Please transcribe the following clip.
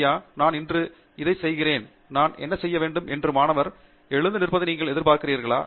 ஐயா நான் இன்று இதைச் செய்திருக்கிறேன் நான் என்ன செய்ய வேண்டும் என்று மாணவர் எழுந்து நிற்பதை நீங்கள் எதிர்பார்க்கிறீர்களா